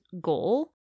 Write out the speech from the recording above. goal